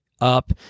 up